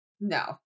No